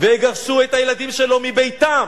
ויגרשו את הילדים שלו מביתם